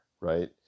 right